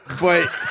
but-